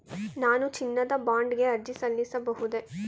ನಾನು ಚಿನ್ನದ ಬಾಂಡ್ ಗೆ ಅರ್ಜಿ ಸಲ್ಲಿಸಬಹುದೇ?